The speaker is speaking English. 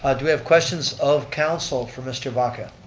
ah do we have questions of council for mr. vaca?